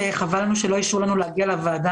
חבל שלא אישרו לנו להגיע לוועדה,